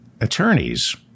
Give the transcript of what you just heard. attorneys